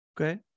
Okay